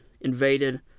invaded